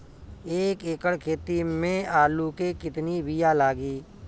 एक एकड़ खेती में आलू के कितनी विया लागी?